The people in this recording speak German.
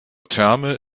terme